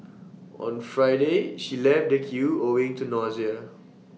on Friday she left the queue owing to nausea